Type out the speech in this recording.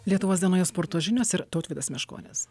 lietuvos dienoje sporto žinios ir tautvydas meškonis